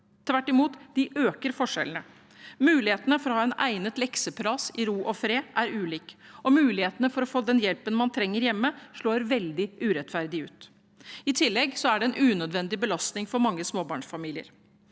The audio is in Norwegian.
tvert imot, de øker forskjellene. Mulighetene for å ha en egnet lekseplass i ro og fred er ulike, og mulighetene for å få den hjelpen man trenger hjemme, slår veldig urettferdig ut. I tillegg er det en unødvendig belastning for mange småbarnsfamilier.